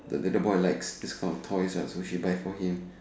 the little boy likes this kind of toys lah so she buys for him